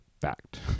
fact